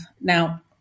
Now